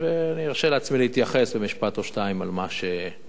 ואני ארשה לעצמי להתייחס במשפט או שניים למה שקורה.